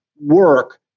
work